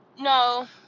no